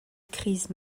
crise